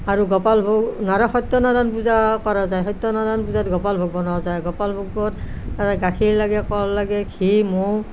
আৰু গোপাল ভোগ নৰ সত্যনাৰায়ণ পূজাও কৰা যায় সত্যনাৰায়ণ পূজাত গোপাল ভোগ বনোৱা যায় গোপাল ভোগত মানে গাখীৰ লাগে কল লাগে ঘিঁ মৌ